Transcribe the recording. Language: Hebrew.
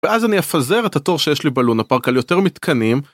ואז אני אפזר את התור שיש לי בלונה פארק על יותר מתקנים